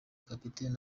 captain